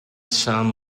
sam